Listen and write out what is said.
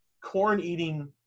corn-eating